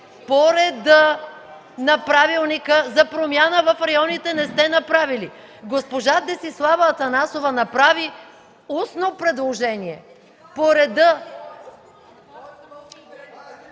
по реда на Правилника за промяна в районите не сте направили. Госпожа Десислава Атанасова направи устно предложение по реда...